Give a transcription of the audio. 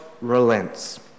relents